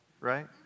right